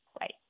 Right